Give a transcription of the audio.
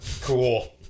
Cool